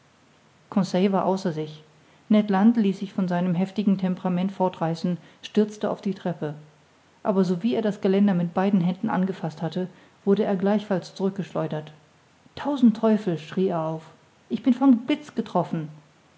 war außer sich ned land ließ sich von seinem heftigen temperament fortreißen stürzte auf die treppe aber sowie er das geländer mit beiden händen angefaßt hatte wurde er gleichfalls zurück geschleudert tausend teufel schrie er auf ich bin vom blitz getroffen